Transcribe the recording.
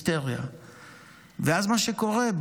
ואז מה שקורה,